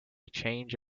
change